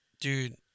dude